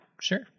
sure